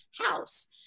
house